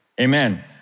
Amen